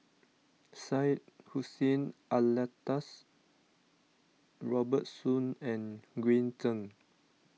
Syed Hussein Alatas Robert Soon and Green Zeng